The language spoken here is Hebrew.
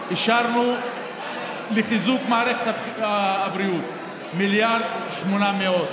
אישרנו לחיזוק מערכת הבריאות 1.8 מיליארד,